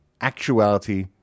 actuality